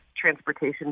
transportation